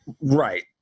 Right